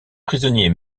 prisonniers